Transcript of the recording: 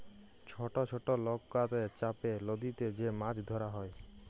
ছট ছট লকাতে চাপে লদীতে যে মাছ ধরা হ্যয়